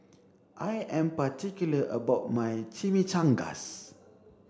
I am particular about my Chimichangas